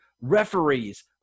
Referees